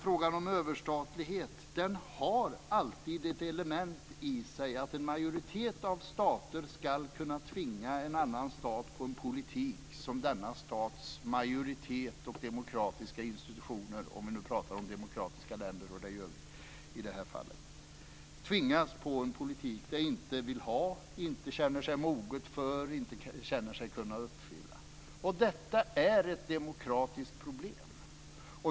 Frågan om överstatlighet har alltid ett sådant element i sig att en majoritet av stater ska kunna tvinga på en annan stat en politik som denna stats majoritet och demokratiska institutioner - om vi nu talar om demokratiska länder, och det gör vi i detta fall - inte vill ha, inte känner sig moget för och inte känner sig kunna uppfylla. Och detta är ett demokratiskt problem.